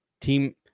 Team